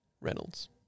Reynolds